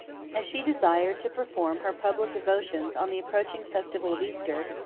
as she desired to perform her public devotions on the approaching festival of easter,